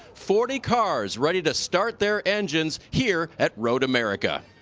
forty cars ready to start their engines here at road america.